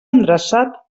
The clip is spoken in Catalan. endreçat